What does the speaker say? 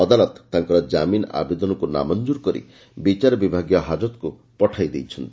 ଅଦାଲତ ତାଙ୍କର ଜାମିନ ଆବେଦନକୁ ନାମଞ୍ଠୁର କରି ବିଚାର ବିଭାଗୀୟ ହାଜତକୁ ପଠାଇ ଦେଇଛନ୍ତି